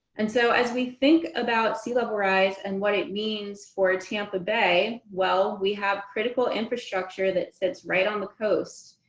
and so as we think about sea level rise and what it means for tampa bay, well, we have critical infrastructure that sits right on the coast.